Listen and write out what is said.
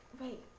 wait